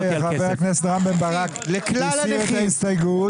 היות שחבר הכנסת רם בן ברק הסיר את ההסתייגות